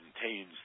contains